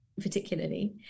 particularly